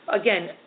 Again